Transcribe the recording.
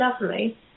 lovely